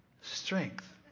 Strength